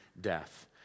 death